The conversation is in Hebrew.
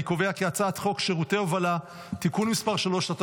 אני קובע כי הצעת חוק שירותי הובלה (תיקון מס' 3),